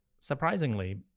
Surprisingly